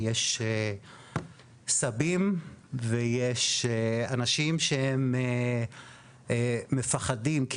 יש סבים ויש אנשים שהם מפחדים.